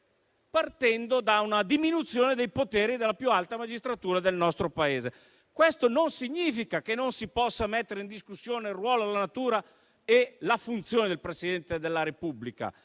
parte da una diminuzione dei poteri della più alta magistratura del nostro Paese. Questo non significa che non si possano mettere in discussione il ruolo, la natura e la funzione del Presidente della Repubblica,